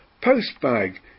Postbag